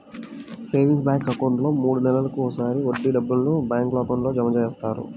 savings bank అకౌంట్లో మూడు నెలలకు ఒకసారి వడ్డీ డబ్బులను బ్యాంక్ అకౌంట్లో జమ చేస్తారు